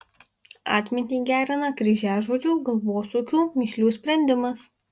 atmintį gerina kryžiažodžių galvosūkių mįslių sprendimas